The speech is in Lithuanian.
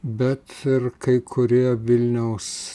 bet ir kai kurie vilniaus